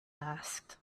asked